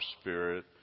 spirit